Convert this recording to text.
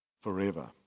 forever